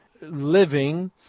living